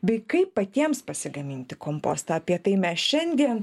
bei kaip patiems pasigaminti kompostą apie tai mes šiandien